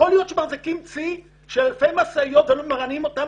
יכול להיות שמחזיקים צי של אלפי משאיות ולא מרעננים אותן